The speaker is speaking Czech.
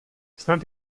snad